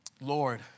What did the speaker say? Lord